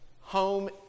home